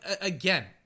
again